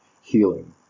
healing